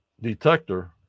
detector